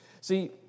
See